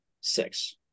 six